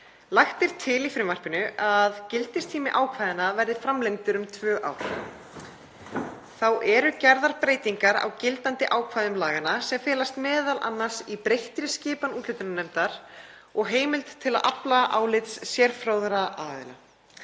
Lagt er til í frumvarpinu að gildistími ákvæðanna verði framlengdur um tvö ár. Þá eru gerðar breytingar á gildandi ákvæðum laganna sem felast m.a. í breyttri skipan úthlutunarnefndar og heimild til að afla álits sérfróðra aðila.